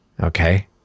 Okay